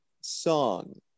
song